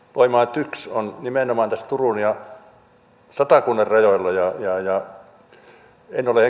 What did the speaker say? tyks loimaa on nimenomaan tässä turun ja satakunnan rajoilla ja ja en ole